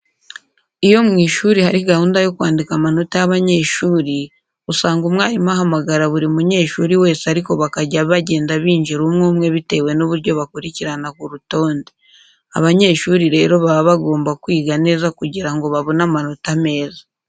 Iyo mu ishuri hari gahunda yo kwandika amanota y'abanyeshuri, usanga umwarimu ahamagara buri munyeshuri wese ariko bakajya bagenda binjira umwe umwe bitewe n'uburyo bakurikirana ku rutonde. Abanyeshuri rero baba bagomba kwiga neza kugira ngo babone amanota meza.